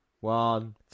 One